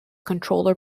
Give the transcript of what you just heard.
controller